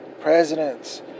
Presidents